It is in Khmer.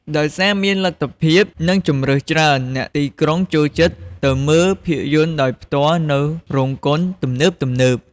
ដោយសារមានលទ្ធភាព និងជម្រើសច្រើន អ្នកទីក្រុងចូលចិត្តទៅមើលភាពយន្តដោយផ្ទាល់នៅរោងកុនទំនើបៗ។